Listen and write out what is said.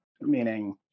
meaning